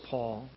Paul